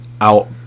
out